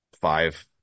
five